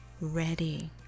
ready